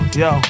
yo